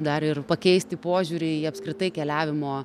dar ir pakeisti požiūrį į apskritai keliavimo